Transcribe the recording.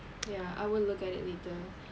ya I will look at it later